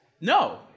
No